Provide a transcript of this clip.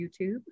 YouTube